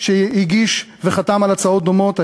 שהגיש הצעות דומות וחתם עליהן,